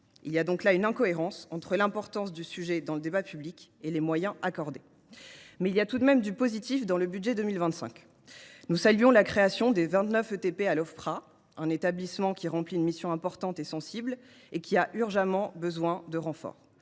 Il y a donc là une incohérence entre l’importance du sujet dans le débat public et les moyens accordés. Mais il y a tout de même du positif dans le budget 2025. Nous saluons la création des vingt neuf ETP à l’Ofpra, un établissement qui remplit une mission importante et sensible et qui a besoin de renforts